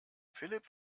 philipp